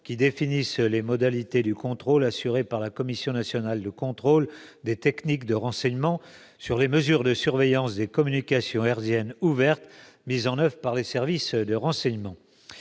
qui définissent les modalités du contrôle assuré par la Commission nationale de contrôle des techniques de renseignement sur les mesures de surveillance des communications hertziennes ouvertes mises en oeuvre par les services de renseignement.